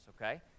okay